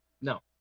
No